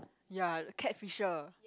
ya cat fisher